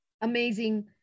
amazing